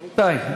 רבותי,